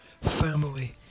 Family